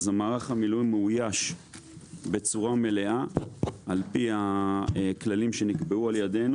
אז מערך המילואים מאוייש בצורה מלאה על פי הכללים שנקבעו על ידינו.